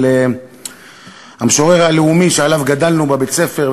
אבל המשורר הלאומי שעליו גדלנו בבית-הספר,